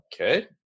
okay